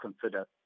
consider